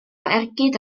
ergyd